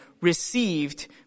received